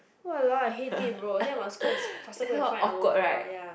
!walao! I hate it bro then I must go and faster go and find aloe vera ya